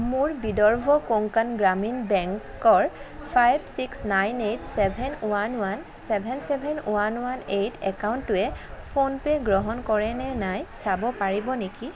মোৰ বিদৰ্ভ কোংকাণ গ্ৰামীণ বেংকৰ five six nine eight seven one one seven seven one one eight একাউণ্টটোৱে PhonePe' গ্ৰহণ কৰেনে নাই চাব পাৰিব নেকি